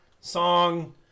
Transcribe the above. song